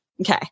Okay